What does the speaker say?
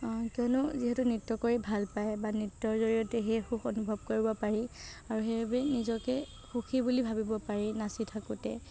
কিয়নো যিহেতু নৃত্য কৰি ভাল পায় বা নৃত্যৰ জড়িয়তে সেই সুখ অনুভৱ কৰিব পাৰি আৰু সেইবাবে নিজকে সুখী বুলি ভাবিব পাৰি নাচি থাকোঁতে